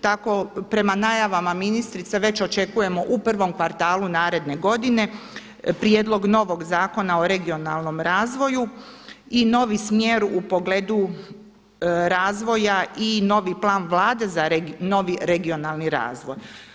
Tako prema najavama ministrice već očekujemo u prvom kvartalu naredne godine prijedlog novog Zakona o regionalnom razvoju i novi smjer u pogledu razvoja i novi plan Vlade za novi regionalni razvoj.